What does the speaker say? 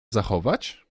zachować